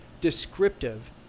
descriptive